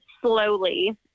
slowly